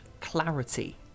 clarity